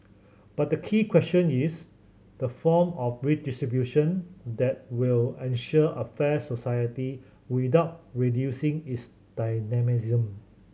but the key question is the form of redistribution that will ensure a fair society without reducing its dynamism